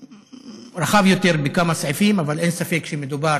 רחב יותר בכמה סעיפים, אבל אין ספק שמדובר